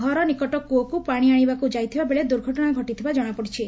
ଘର ନିକଟ କୂଅକୁ ପାଶି ଆଶିବାକୁ ଯାଇଥିବା ବେଳେ ଦୁର୍ଘଟଣା ଘଟିଥିବା ଜଣାପଡ଼ିଛି